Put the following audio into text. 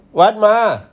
what மா:maa